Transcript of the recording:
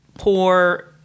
Poor